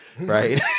Right